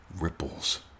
Ripples